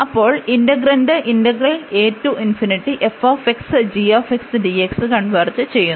അപ്പോൾ integrand converge ചെയുന്നു